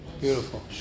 Beautiful